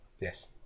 yes